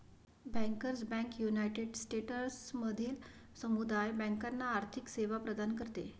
bankers bank united स्टेट्समधील समुदाय बँकांना आर्थिक सेवा प्रदान करते